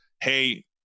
Hey